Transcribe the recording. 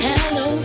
Hello